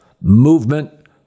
Movement